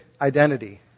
identity